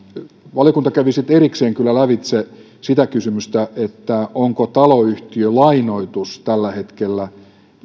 valiokunta kävi kyllä erikseen lävitse sitä kysymystä onko taloyhtiölainoitus tällä hetkellä